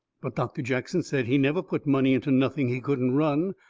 but doctor jackson said he never put money into nothing he couldn't run.